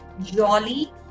jolly